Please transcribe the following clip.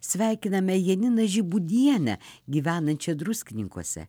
sveikiname janiną žibūdienę gyvenančią druskininkuose